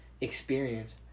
Experience